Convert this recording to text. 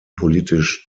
politisch